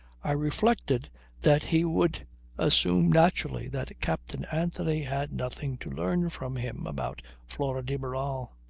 i reflected that he would assume naturally that captain anthony had nothing to learn from him about flora de barral.